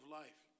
life